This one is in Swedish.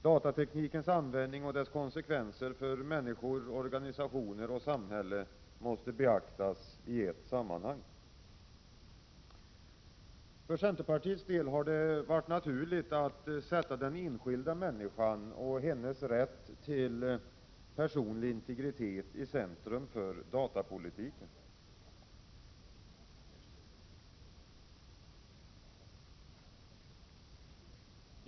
Datateknikens användning och dess konsekvenser för människor, organisationer och samhälle måste beaktas i ett sammanhang. För centerpartiets del har det varit naturligt att sätta den enskilda människan och hennes rätt till personlig integritet i centrum för datapolitiken.